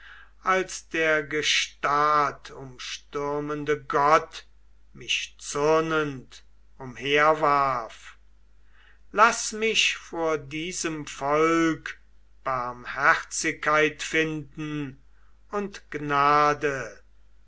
als der gestadumstürmende gott mich zürnend umherwarf laß mich vor diesem volk barmherzigkeit finden und gnade